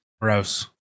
gross